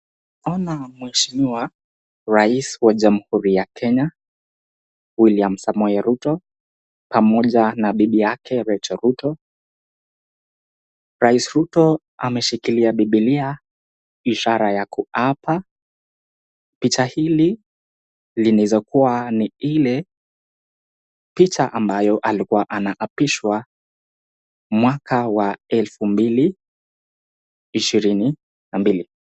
Ona mheshimiwa rais wa jamuhuri ya Kenya, William Samoei Ruto pamoja na bibi yake Rachel Ruto. Rais Ruto ameshikilia bibilia, ishara ya kuapa. Picha hili linaezakua ni ile picha ambayo alikuwa anaapishwa mwaka wa elfu mbili ishirini na mbili.